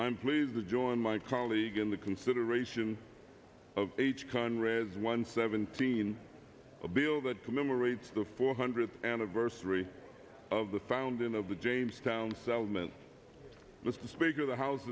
am pleased to join my colleague in the consideration of h conrad's one seventeen a bill that commemorates the four hundredth anniversary of the founding of the jamestown settlement with the speaker of the house